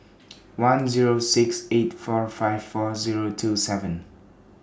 one Zero six eight four five four Zero two seven